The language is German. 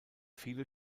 viele